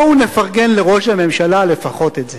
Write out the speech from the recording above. בואו נפרגן לראש הממשלה לפחות את זה.